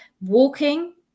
Walking